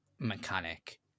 mechanic